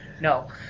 No